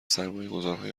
سرمایهگذارهای